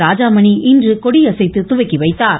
ராசாமணி இன்று கொடியசைத்து துவக்கி வைத்தார்